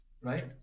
right